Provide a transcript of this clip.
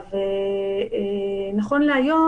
נכון להיום,